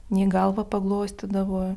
nei galvą paglostydavo